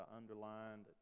underlined